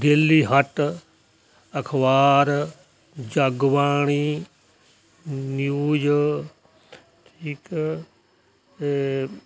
daily hunt ਅਖ਼ਬਾਰ Jag Bani news ਇੱਕ